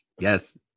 Yes